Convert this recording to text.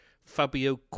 Fabio